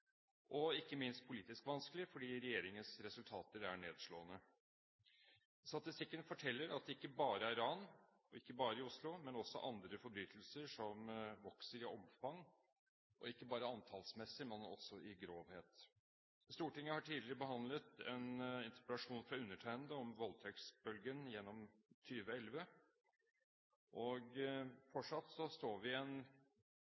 og ikke minst politisk vanskelig fordi regjeringens resultater er nedslående. Statistikken forteller at det ikke bare er antall ran – og ikke bare i Oslo – men også antall andre forbrytelser som vokser i omfang, og ikke bare antallsmessig, men også i grovhet. Stortinget har tidligere behandlet en interpellasjon fra undertegnede om voldtektsbølgen gjennom